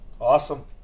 awesome